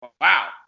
Wow